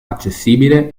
accessibile